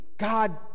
God